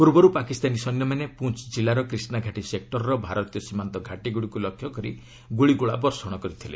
ପୂର୍ବରୁ ପାକିସ୍ତାନୀ ସୈନ୍ୟମାନେ ପୁଞ୍ଚ କିଲ୍ଲାର କ୍ରିଷ୍ଣାଘାଟି ସେକ୍ଟରର ଭାରତୀୟ ସୀମାନ୍ତ ଘାଟିଗୁଡ଼ିକୁ ଲକ୍ଷ୍ୟ କରି ଗୁଳିଗୋଳା ବର୍ଷଣ କରିଥିଲେ